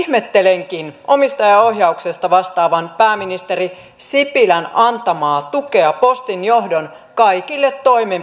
ihmettelenkin omistajaohjauksesta vastaavan pääministeri sipilän antamaa tukea postin johdon kaikille toimenpiteille